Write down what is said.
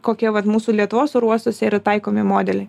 kokie vat mūsų lietuvos oro uostuose yra taikomi modeliai